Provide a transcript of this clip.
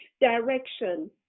direction